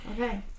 Okay